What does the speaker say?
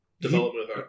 development